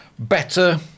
Better